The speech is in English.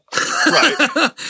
Right